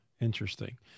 Interesting